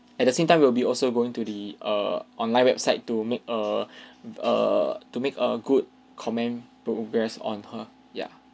at the same time we'll be also going to the err online website to make err err to make a good comment progress on her ya